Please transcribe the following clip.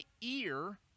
ear